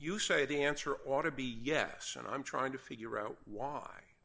you say the answer ought to be yes and i'm trying to figure out why